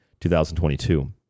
2022